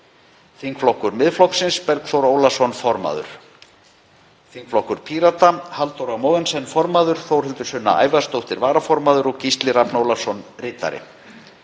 Þingflokkur Miðflokksins: Bergþór Ólason, formaður. Þingflokkur Pírata: Halldóra Mogensen, formaður, Þórhildur Sunna Ævarsdóttir, varaformaður, og Gísli Rafn Ólafsson, ritari.